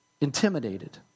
Intimidated